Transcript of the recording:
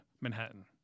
Manhattan